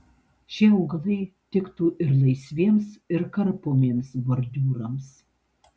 šie augalai tiktų ir laisviems ir karpomiems bordiūrams